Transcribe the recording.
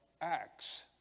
acts